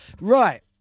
Right